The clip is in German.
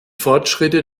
fortschritte